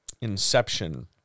Inception